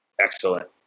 Excellent